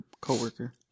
co-worker